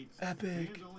Epic